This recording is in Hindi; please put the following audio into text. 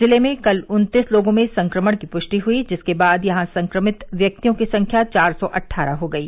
जिले में कल उन्तीस लोगों में संक्रमण की पुष्टि हुई जिसके बाद यहां संक्रमित व्यक्तियों की संख्या चार सौ अट्गरह हो गयी